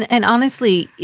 and honestly,